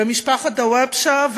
ומשפחת דוואבשה,